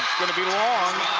going to be long.